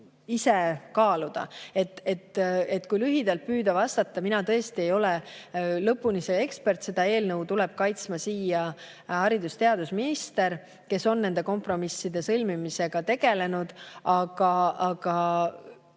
ise kaaluda. Kui lühidalt püüda vastata, siis mina tõesti ei ole lõpuni see ekspert. Seda eelnõu tuleb kaitsma haridus- ja teadusminister, kes on nende kompromisside sõlmimisega tegelenud. Aga